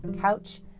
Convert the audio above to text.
Couch